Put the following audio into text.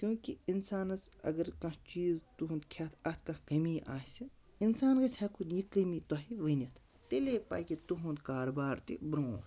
کیونکہ اِنسانَس اگر کانٛہہ چیٖز تُہُنٛد کھٮ۪تھ اَتھ کانٛہہ کٔمی آسہِ اِنسان گژھِ ہٮ۪کُن یہِ کٔمی تۄہہِ ؤنِتھ تیٚلے پَکہِ تُہُنٛد کاربار تہِ برونٛٹھ